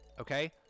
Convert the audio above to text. Okay